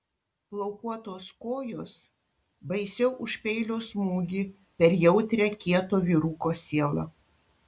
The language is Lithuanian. plaukuotos kojos baisiau už peilio smūgį per jautrią kieto vyruko sielą